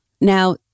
Now